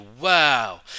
wow